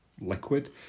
liquid